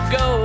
go